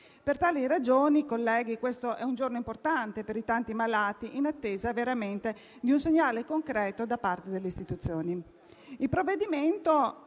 Per tali ragioni, colleghi, questo è un giorno importante per i tanti malati in attesa di un segnale concreto da parte delle istituzioni.